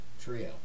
trio